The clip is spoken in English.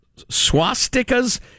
swastikas